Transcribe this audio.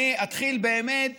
אני אתחיל באמת